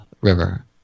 river